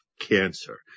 cancer